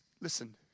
listen